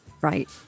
Right